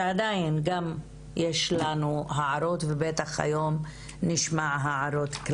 שעדיין גם יש לנו הערות ובטח היום נשמע כלפיו הערות.